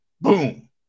boom